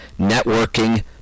networking